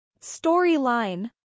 Storyline